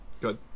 Good